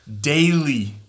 daily